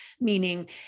meaning